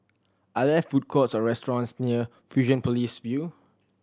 are there food courts or restaurants near Fusionopolis View